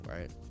right